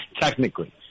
Technically